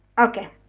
okay